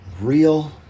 real